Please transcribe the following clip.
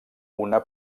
una